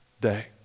day